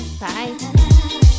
Bye